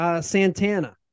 Santana